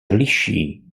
liší